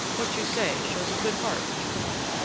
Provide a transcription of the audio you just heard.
what you say shows a good heart, germain,